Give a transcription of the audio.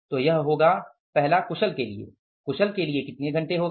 तो यह होगा पहला कुशल के लिए कितने घंटे होगा